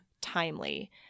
timely